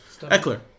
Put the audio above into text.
Eckler